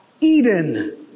Eden